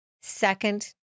Second